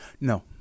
No